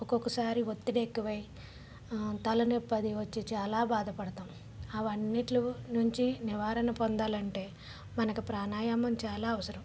ఒక్కొక్కసారి ఒత్తిడి ఎక్కువ అయ్యి తలనొప్పి అది వచ్చి చాలా బాధపడతాం అవి అన్నింటి నుంచి నివారణ పొందాలంటే మనకు ప్రాణాయామం చాలా అవసరం